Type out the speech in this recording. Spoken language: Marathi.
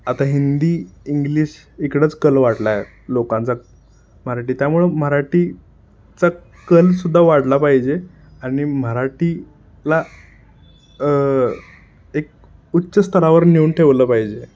आता हिंदी इंग्लिश इकडंच कल वाढला आहे लोकांचा मराठी त्यामुळं मराठीचा कलसुद्धा वाढला पाहिजे आणि मराठीला एक उच्च स्तरावर नेऊन ठेवलं पाहिजे